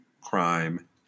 Crime